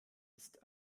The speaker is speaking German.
ist